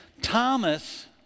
Thomas